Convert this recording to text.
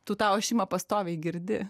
tu tą ošimą pastoviai girdi